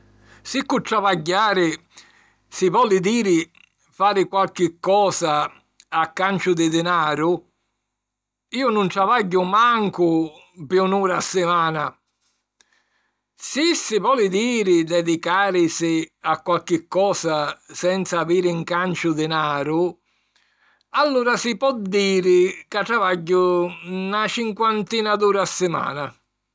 Si cu "travagghiari" si voli diri fari qualchi cosa a canciu di dinaru, iu nun travagghiu mancu pi un'ura a simana. Si si voli diri dedicàrisi a qualchi cosa senza aviri 'n canciu dinaru, allura si po diri ca travagghiu na cinquantina d'uri a simana.